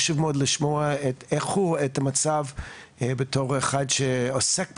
לשמוע איך הוא רואה את המצב בתור אחד שעוסק בניקוז.